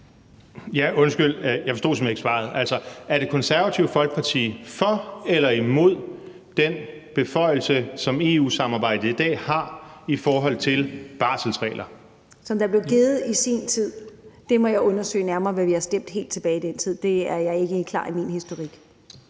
Ja, undskyld, men jeg forstod simpelt hen ikke svaret. Er Det Konservative Folkeparti for eller imod den beføjelse, som EU-samarbejdet i dag har i forhold til barselsregler? Kl. 22:58 Katarina Ammitzbøll (KF): Som der blev givet i sin tid? Jeg må undersøge nærmere, hvad vi har stemt helt tilbage i den tid, for historikken står ikke helt